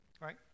right